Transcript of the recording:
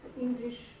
English